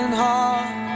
heart